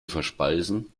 verspeisen